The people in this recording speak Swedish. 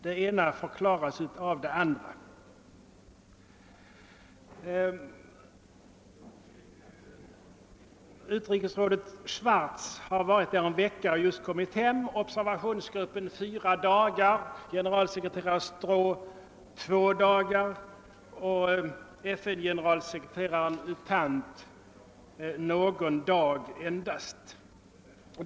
Det ena förklaras av det andra. Utrikesrådet Swartz har varit i Biafra en vecka och just kommit hem, observa tionsgruppen har varit där nere under fyra dagar, generalsekreterare Stroh två dagar och FN:s generalsekreterare U Thant någon dag endast.